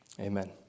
amen